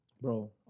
Bro